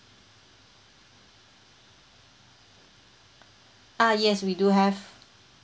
ah yes we do have